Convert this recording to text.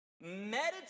Meditate